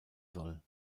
soll